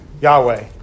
Yahweh